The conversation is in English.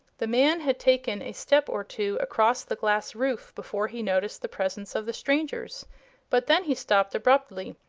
the man had taken a step or two across the glass roof before he noticed the presence of the strangers but then he stopped abruptly.